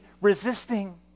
resisting